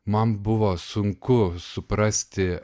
man buvo sunku suprasti